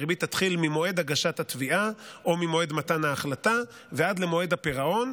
הריבית תתחיל ממועד הגשת התביעה או ממועד מתן ההחלטה ועד למועד הפירעון,